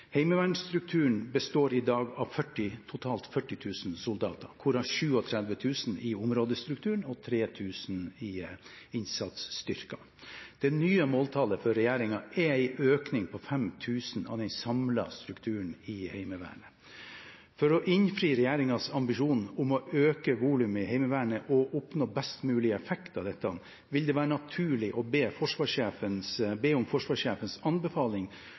består i dag av totalt 40 000 soldater, hvorav 37 000 i områdestrukturen og 3 000 i innsatsstyrker. Det nye måltallet for regjeringen er en økning på 5 000 av den samlede strukturen i Heimevernet. For å innfri regjeringens ambisjon om å øke volumet i Heimevernet og oppnå best mulig effekt av dette vil det være naturlig å be om forsvarssjefens anbefaling om